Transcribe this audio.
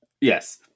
Yes